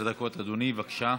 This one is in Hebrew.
בבקשה.